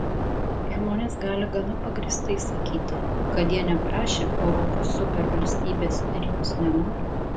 žmonės gali gana pagrįstai sakyti kad jie neprašė europos supervalstybės ir jos nenori